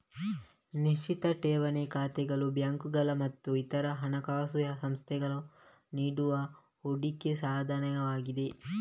ನಿಶ್ಚಿತ ಠೇವಣಿ ಖಾತೆಗಳು ಬ್ಯಾಂಕುಗಳು ಮತ್ತು ಇತರ ಹಣಕಾಸು ಸಂಸ್ಥೆಗಳು ನೀಡುವ ಹೂಡಿಕೆ ಸಾಧನವಾಗಿದೆ